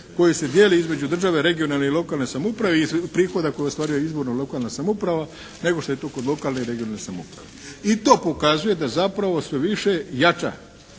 koji se dijele između države, regionalne i lokalne samouprave i prihoda koji ostvaruje izborno-lokalna samouprava nego što je to kod lokalne i regionalne samouprave. I to pokazuje da zapravo sve više jača